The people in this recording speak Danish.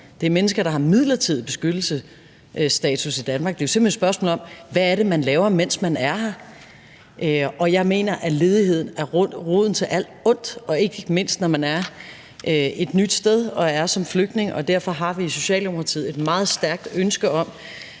Det er mennesker, der har midlertidig beskyttelsesstatus i Danmark, så det er jo simpelt hen et spørgsmål om, hvad man laver, mens man er her. Og jeg mener, at ledighed er roden til alt ondt og ikke mindst, når man er et nyt sted og er her som flygtning. Derfor har vi i Socialdemokratiet et meget stærkt ønske om,